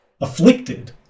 afflicted